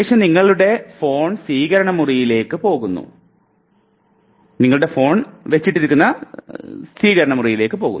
ശേഷം നിങ്ങളുടെ ഫോൺ സ്വീകരണ മുറിയിലേക്ക് പോകുന്നു